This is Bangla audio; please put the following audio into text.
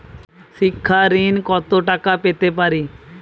শিক্ষা ঋণ কত টাকা পেতে পারি?